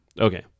Okay